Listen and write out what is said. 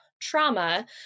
trauma